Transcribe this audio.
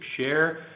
share